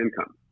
income